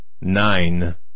Nine